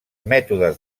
mètodes